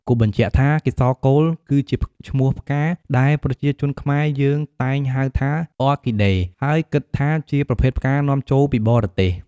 គួរបញ្ជាក់ថា កេសរកូលគឺជាឈ្នោះផ្កា ដែលប្រជាជនខ្មែរយើងតែងហៅថា អ័រគីដេ ហើយគិតថាជាប្រភេទផ្កានាំចូលពីបរទេស។